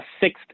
sixth